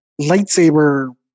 lightsaber